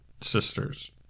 sisters